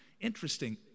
Interesting